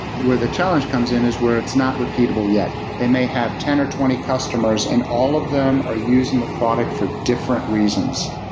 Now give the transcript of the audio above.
where the challenge comes in is where it's not repeatable yet. they may have ten or twenty customers and all of them are using the product for different reasons.